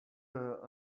here